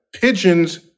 pigeons